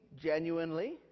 genuinely